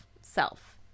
Self